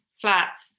flats